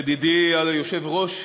ידידי היושב-ראש,